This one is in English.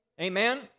Amen